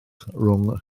rhwng